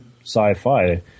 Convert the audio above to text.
sci-fi